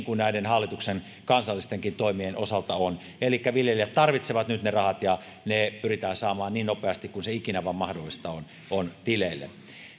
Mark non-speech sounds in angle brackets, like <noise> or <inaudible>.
<unintelligible> kuin näiden hallituksen kansallistenkin toimien osalta että saataisiin rahat nopeasti tilille elikkä viljelijät tarvitsevat nyt ne rahat ja ne pyritään saamaan tileille niin nopeasti kuin se ikinä vain mahdollista on on